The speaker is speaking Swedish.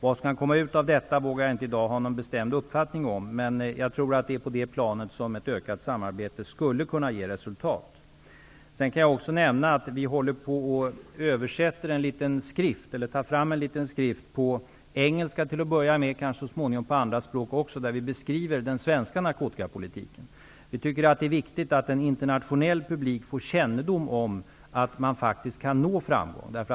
Vad som kan komma ut av detta vågar jag inte i dag ha någon bestämd uppfattning om, men jag tror att det är på det planet som ett ökat samarbete skulle kunna ge resultat. Vidare kan jag nämna att vi håller på att ta fram en liten skrift till en början på engelska, och så småningom kanske på andra språk, där vi beskriver den svenska narkotikapolitiken. Vi tycker att det är viktigt att en internationell publik får kännedom om att man faktiskt kan nå framgångar.